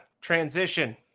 Transition